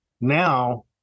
now